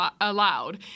allowed